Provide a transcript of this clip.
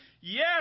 Yes